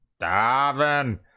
Davin